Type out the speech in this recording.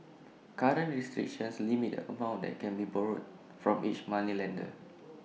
current restrictions limit the amount that can be borrowed from each moneylender